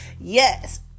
yes